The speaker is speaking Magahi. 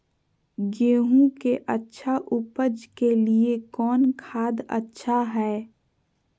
गेंहू के अच्छा ऊपज के लिए कौन खाद अच्छा हाय?